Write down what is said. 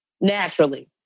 naturally